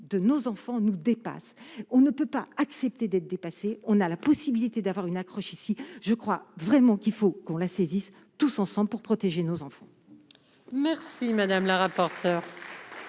de nos enfants nous dépasse, on ne peut pas accepter d'être dépassé, on a la possibilité d'avoir une accroche ici je crois vraiment qu'il faut qu'on la saisisse tous ensemble pour protéger nos enfants. Merci madame la rapporteure